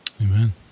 Amen